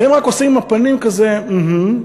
והם רק עושים עם הפנים כזה: אהמ,